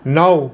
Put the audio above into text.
નવ